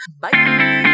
Bye